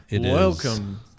Welcome